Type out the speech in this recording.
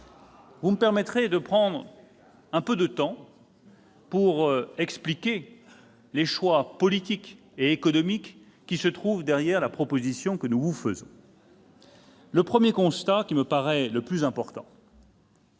Vous me permettrez de prendre un peu de temps pour expliquer les choix politiques et économiques qui sous-tendent la proposition que nous vous faisons. Je ferai un premier constat, à mes yeux le plus important